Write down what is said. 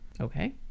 Okay